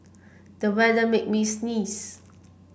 the weather made me sneeze